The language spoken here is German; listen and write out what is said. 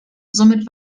somit